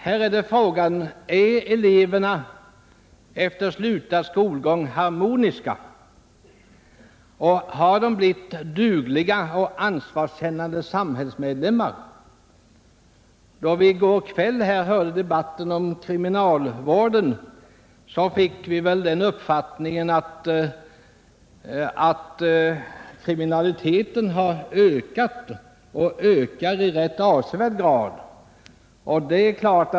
Nu är frågan: Är eleverna efter slutad skolgång harmoniska, och har de blivit dugliga och ansvarskännande samhällsmedlemmar? När vi i går kväll hörde debatten om kriminalvården fick vi den uppfattningen att kriminaliteten har ökat och ökar i rätt avsevärd grad.